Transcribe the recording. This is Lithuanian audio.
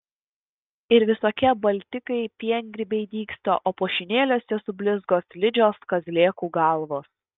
ir visokie baltikai piengrybiai dygsta o pušynėliuose sublizgo slidžios kazlėkų galvos